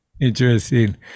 Interesting